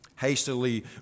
hastily